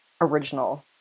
original